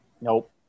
Nope